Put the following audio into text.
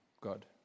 God